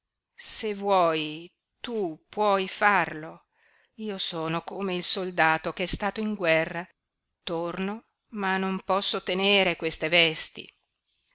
se vuoi tu puoi farlo io sono come il soldato ch'è stato in guerra torno ma non posso tenere queste vesti